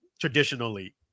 traditionally